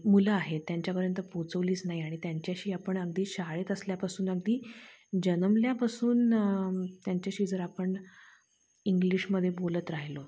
मुलं आहेत त्यांच्यापर्यंत पोचवलीच नाही आणि त्यांच्याशी आपण अगदी शाळेत असल्यापासून अगदी जन्मल्यापासून त्यांच्याशी जर आपण इंग्लिशमध्ये बोलत राहिलो